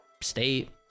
state